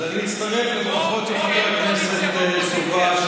אז אני אצטרף לברכות של חבר הכנסת יבגני סובה,